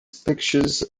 pictures